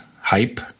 hype